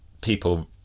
people